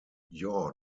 yaw